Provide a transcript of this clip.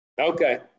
Okay